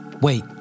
wait